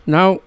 Now